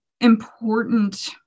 important